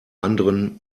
anderen